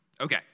Okay